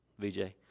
VJ